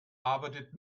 arbeitet